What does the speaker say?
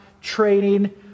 training